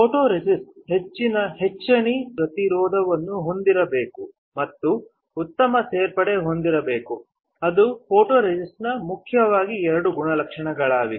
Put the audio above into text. photoresist ಹೆಚ್ಚಿನ ಎಚ್ಚಣೆ ಪ್ರತಿರೋಧವನ್ನು ಹೊಂದಿರಬೇಕು ಮತ್ತು ಉತ್ತಮ ಸೇರ್ಪಡೆ ಹೊಂದಿರಬೇಕು ಅದು ಫೋಟೊರೆಸಿಸ್ಟ್ನ ಮುಖ್ಯವಾಗಿ ಎರಡು ಗುಣಲಕ್ಷಣಗಳಾಗಿವೆ